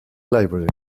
library